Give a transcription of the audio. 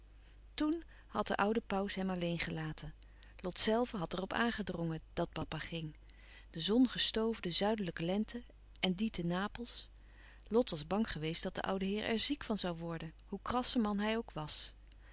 toen had de oude pauws hem alleen gelaten lot zelve had er op aangedrongen dat papa ging de zongestoofde zuidelijke lente en die te napels lot was bang geweest dat de oude heer er ziek van zoû worden hoe krasse man hij ook was